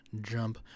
jump